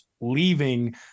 leaving